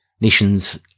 nations